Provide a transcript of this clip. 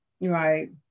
Right